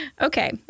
Okay